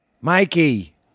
Mikey